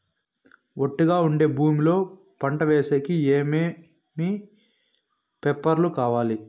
ఒట్టుగా ఉండే భూమి లో పంట వేసేకి ఏమేమి పేపర్లు కావాలి?